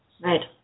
Right